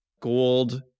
Gold